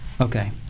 Okay